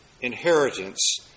inheritance